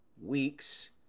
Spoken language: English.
weeks